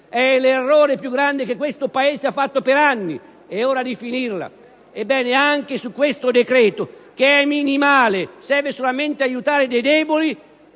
è l'errore più grande che questo Paese ha fatto per anni, ed è ora di finirla: ebbene, anche su questo decreto, che è minimale e serve solamente ad aiutare i deboli,